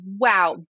Wow